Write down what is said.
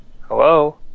Hello